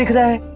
the